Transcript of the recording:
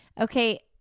Okay